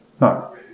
No